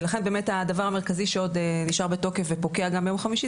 ולכן באמת הדבר המרכזי שעוד נשאר בתוקף ופוקע גם ביום חמישי,